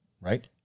Right